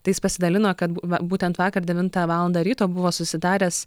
tai jis pasidalino kad būtent vakar devintą valandą ryto buvo susitaręs